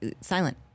silent